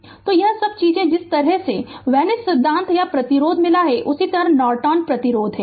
Refer Slide Time 3214 तो यह सब चीजें और जिस तरह से वेनिंस सिद्धांत या प्रतिरोध मिला उसी तरह नॉर्टन प्रतिरोध